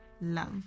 love